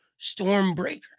Stormbreaker